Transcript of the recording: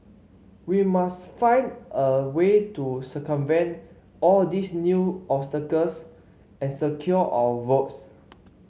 we must find a way to circumvent all these new obstacles and secure our votes